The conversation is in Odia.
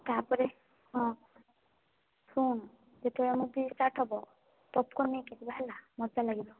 ତା'ପରେ ହଁ ଶୁଣୁ ଯେତେବେଳେ ମୁଭି ଷ୍ଟାର୍ଟ ହବ ପପ୍କର୍ଣ୍ଣ ନେଇକି ଯିବା ହେଲା ମଜା ଲାଗିବ